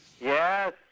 Yes